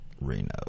Reno